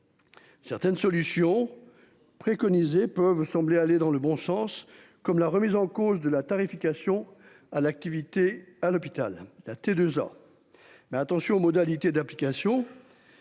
Certaines solutions. Préconisées peuvent sembler aller dans le bon sens, comme la remise en cause de la tarification à l'activité à l'hôpital la T2A ans. Mais attention aux modalités d'application.